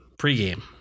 pregame